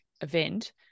event